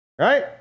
right